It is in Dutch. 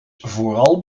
vooral